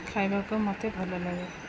ଖାଇବାକୁ ମୋତେ ଭଲ ଲାଗେ